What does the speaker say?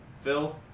Phil